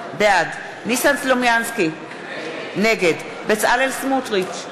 בעד ניסן סלומינסקי, נגד בצלאל סמוטריץ,